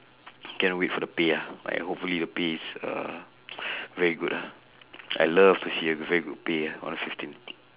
can't wait for the pay ah I hopefully the pay is very good uh ah I love to see a very good pay ah on the fifteenth